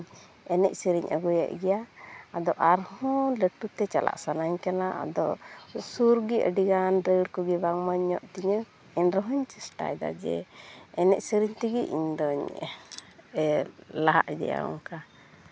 ᱮᱱᱮᱡ ᱥᱮᱨᱮᱧ ᱟᱹᱜᱩᱭᱮᱫ ᱜᱮᱭᱟ ᱟᱫᱚ ᱟᱨᱦᱚᱸ ᱞᱟᱹᱴᱩᱛᱮ ᱪᱟᱞᱟᱜ ᱥᱟᱱᱟᱧ ᱠᱟᱱᱟ ᱟᱫᱚ ᱥᱩᱨ ᱜᱮ ᱟᱹᱰᱤᱜᱟᱱ ᱨᱟᱹᱲ ᱠᱚᱜᱮ ᱵᱟᱝ ᱢᱚᱡᱽ ᱛᱤᱧᱟᱹ ᱮᱱ ᱨᱮᱦᱚᱸᱧ ᱪᱮᱥᱴᱟᱭᱮᱫᱟ ᱡᱮ ᱮᱱᱮᱡ ᱥᱮᱨᱮᱧ ᱛᱮᱜᱮᱧ ᱤᱧᱫᱚᱧ ᱞᱟᱦᱟ ᱤᱫᱤᱜᱼᱟ ᱚᱱᱠᱟ